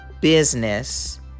business